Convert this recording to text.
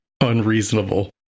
unreasonable